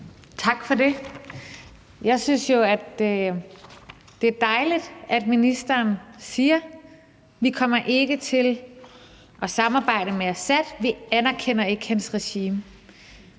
Tak for det. Jeg synes jo, at det er dejligt, at ministeren siger, at vi ikke kommer til at samarbejde med Assad, og at vi ikke anerkender hans regime.